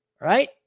Right